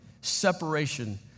separation